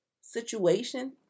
situation